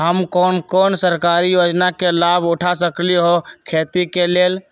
हम कोन कोन सरकारी योजना के लाभ उठा सकली ह खेती के लेल?